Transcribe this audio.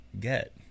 get